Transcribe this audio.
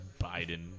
Biden